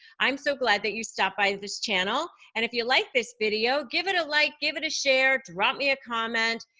i'm so glad that you stopped by this channel. and if you liked this video, give it a like, give it a share, drop me a comment.